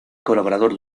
colaborador